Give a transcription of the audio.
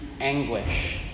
anguish